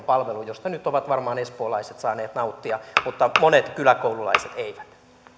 palvelun josta nyt ovat varmaan espoolaiset saaneet nauttia mutta monet kyläkoululaiset eivät